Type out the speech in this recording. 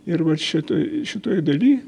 ir vat šitoj šitoj daly